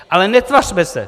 Ale netvařme se...